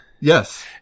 yes